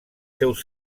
seus